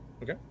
Okay